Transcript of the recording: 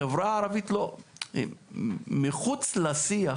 חברה ערבית היא מחוץ לשיח